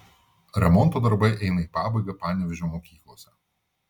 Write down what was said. remonto darbai eina į pabaigą panevėžio mokyklose